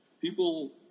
people